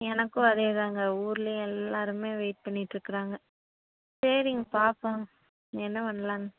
எனக்கும் அதேதாங்க ஊரில் எல்லோருமே வெயிட் பண்ணிட்டிருக்காங்க சரிங்க பார்ப்போங்க என்ன பண்ணலான்னு